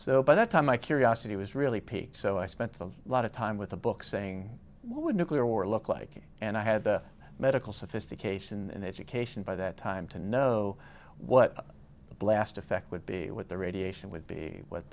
so by that time my curiosity was really piqued so i spent a lot of time with the book saying what would nuclear war look like and i had the medical sophistication and education by that time to know what the blast effect would be what the radiation would be what